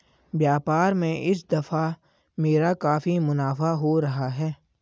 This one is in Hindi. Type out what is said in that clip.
व्यापार में इस दफा मेरा काफी मुनाफा हो रहा है